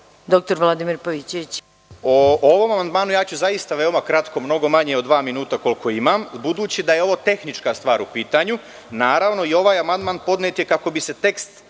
**Vladimir Pavićević** O ovom amandmanu ja ću zaista veoma kratko, mnogo manje od dva minuta koliko imam, budući da je tehnička stvar u pitanju. Ovaj amandman je podnet kako bi se tekst